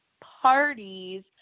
parties